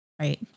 right